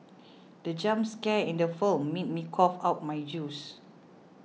the jump scare in the film made me cough out my juice